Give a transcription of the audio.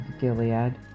Gilead